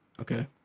Okay